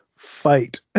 fight